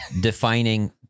defining